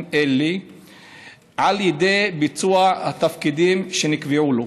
בעניינים אלה על ידי ביצוע התפקידים שנקבעו לו.